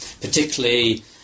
particularly